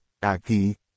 Aquí